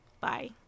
Bye